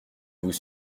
vous